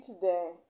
today